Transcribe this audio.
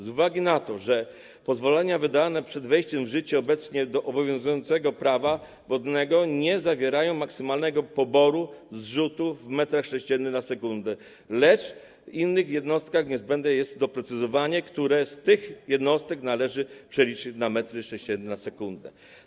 Z uwagi na to, że pozwolenia wydane przed wejściem w życie obecnie obowiązującego Prawa wodnego nie zawierają określenia maksymalnego poboru/zrzutu w metrach sześciennych na sekundę, lecz w innych jednostkach, niezbędne jest doprecyzowanie, którą z tych jednostek należy przeliczyć na metry sześcienne na sekundę.